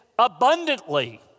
abundantly